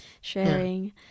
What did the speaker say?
sharing